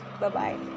Bye-bye